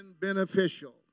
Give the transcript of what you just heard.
beneficial